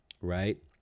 right